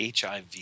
HIV